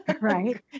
Right